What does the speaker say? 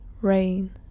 rain